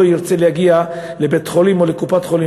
לא ירצה להגיע לבית-חולים או לקופת-חולים